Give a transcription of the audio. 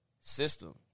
system